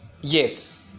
yes